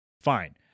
fine